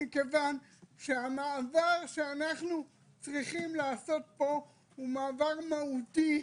מכיוון שהמעבר שאנחנו צריכים לעשות פה הוא מעבר מהותי,